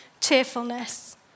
cheerfulness